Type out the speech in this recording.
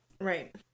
right